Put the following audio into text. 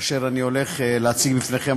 אשר אני הולך להציג בפניכם,